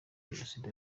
jenoside